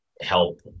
help